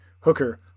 Hooker